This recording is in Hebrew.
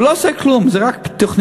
הוא לא עושה כלום, זה רק תוכניות.